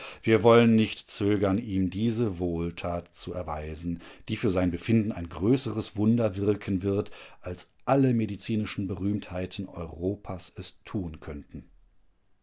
wir wollen nicht zögern ihm diese wohltat zu erweisen die für sein befinden ein größeres wunder wirken wird als alle medizinischen berühmtheiten europas es tun könnten